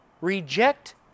reject